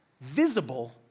visible